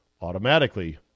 automatically